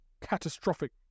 catastrophic